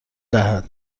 دهد